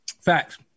Facts